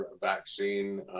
vaccine